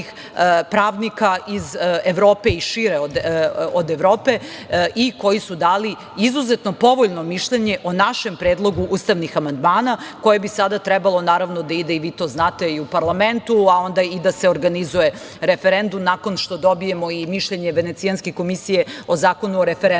pravnika iz Evrope i šire od Evrope, koji su dali izuzetno povoljno mišljenje o našem predlogu ustavnih amandmana koje bi sada trebalo, naravno, da ide i vi to znate i u parlamentu, a onda i da se organizuje referendum, nakon što dobijemo i mišljenje Venecijanske komisije o Zakonu o referendumu